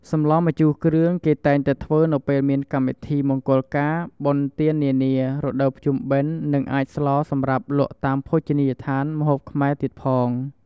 សម្លម្ជូរគ្រឿងគេតែងតែធ្វើនៅពេលមានកម្មវិធីមង្គលការ បុណ្យទាននានា រដូវភ្ជុំបិណ្ឌ និងអាចស្លសម្រាប់លក់តាមភោជនីយដ្ឋានម្ហូបខ្មែរទៀតផង។